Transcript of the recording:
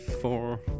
four